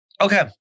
Okay